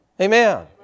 Amen